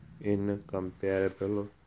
incomparable